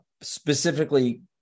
specifically